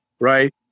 right